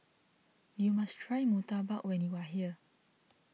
you must try Murtabak when you are here